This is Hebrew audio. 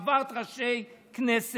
עברת ראשי כנסת,